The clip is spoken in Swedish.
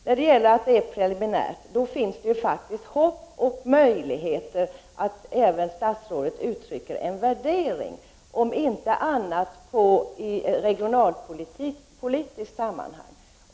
Eftersom beslutet endast är preliminärt, finns det hopp och möjligheter att även statsrådet uttrycker en värdering, åtminstone i regionalpolitiskt sammanhang.